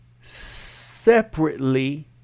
separately